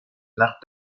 nach